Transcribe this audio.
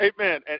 Amen